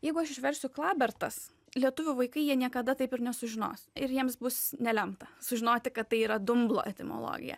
jeigu aš išversiu klabertas lietuvių vaikai jie niekada taip ir nesužinos ir jiems bus nelemta sužinoti kad tai yra dumblo etimologija